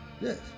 yes